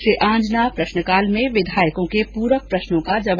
श्री आंजना प्रश्नकाल में विधायकों के पूरक प्रश्नों का जवाब दे रहे थे